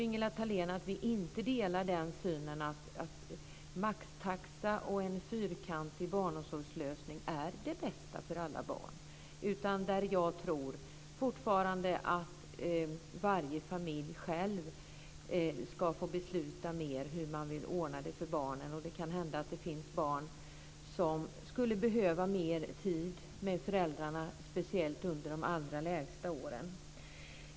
Ingela Thalén vet att vi inte delar den synen att maxtaxa och en fyrkantig barnomsorgslösning är det bästa för alla barn. Jag tror fortfarande att varje familj själv ska få besluta mer om hur man vill ordna det för barnen. Det kan hända att det finns barn som skulle behöva mer tid med föräldrarna, speciellt under de allra första åren.